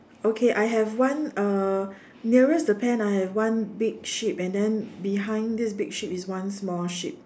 okay I have one uh nearest the pan I have one big sheep and then behind this big sheep is one small sheep